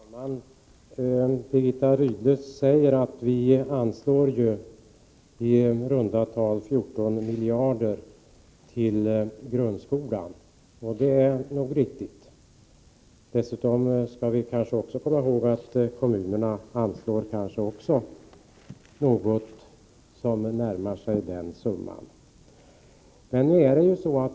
Fru talman! Birgitta Rydle säger att vi anslår i runda tal 14 miljoner till grundskolan. Det är nog riktigt. Dessutom skall vi också komma ihåg att kommunerna kanske anslår en summa som närmar sig den nämnda.